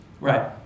Right